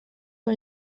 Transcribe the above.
for